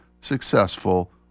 successful